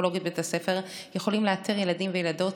פסיכולוגיות בית הספר יכולים לאתר ילדים וילדות